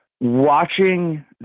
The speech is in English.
watching